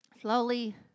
slowly